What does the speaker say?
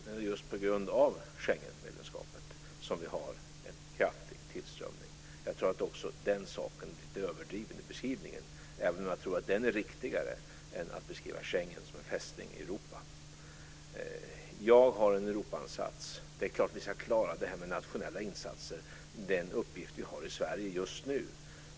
Det är just på grund av Schengenmedlemskapet som vi har en kraftig tillströmning. Jag tror att också den saken är lite överdriven i beskrivningen, även om jag tror att den är riktigare än att beskriva Schengen som Fästning Europa. Jag har en Europaansats. Det är klart att vi ska klara de nationella insatserna. Det är den uppgift vi har i Sverige just nu.